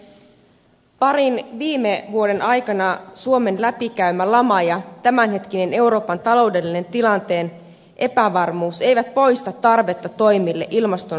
suomen parin viime vuoden aikana läpikäymä lama ja tämänhetkinen euroopan taloudellisen tilanteen epävarmuus eivät poista tarvetta toimille ilmaston suojelemiseksi